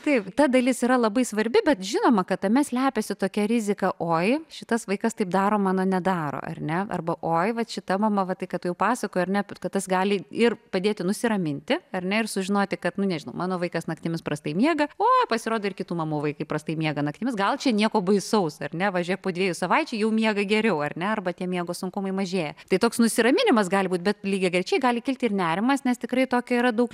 taip ta dalis yra labai svarbi bet žinoma kad tame slepiasi tokia rizika oi šitas vaikas taip daro mano nedaro ar ne arba oi vat šita mama va tai kad tu jau pasakojai ar ne bet kad tas gali ir padėti nusiraminti ar ne ir sužinoti kad nu nežinau mano vaikas naktimis prastai miega o pasirodo ir kitų mamų vaikai prastai miega naktimis gal čia nieko baisaus ar ne va žiūrėk po dviejų savaičių jau miega geriau ar ne arba tie miego sunkumai mažėja tai toks nusiraminimas gali būti bet lygiagrečiai gali kilti ir nerimas nes tikrai tokio yra daug